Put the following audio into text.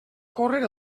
córrer